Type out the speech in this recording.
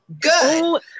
good